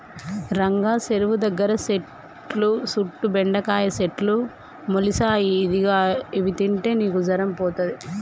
రంగా సెరువు దగ్గర సెట్టు సుట్టు బెండకాయల సెట్లు మొలిసాయి ఇదిగో గివి తింటే నీకు జరం పోతది